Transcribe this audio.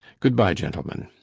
goodbye, gentlemen.